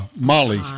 Molly